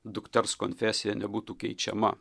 dukters konfesija nebūtų keičiama